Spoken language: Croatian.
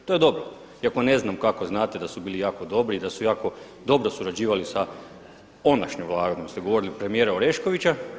To je dobro, iako ne znam kako znate da su bili jako dobri i da su jako dobro surađivali sa ondašnjom Vladom ste govorili premijera Oreškovića.